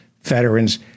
veterans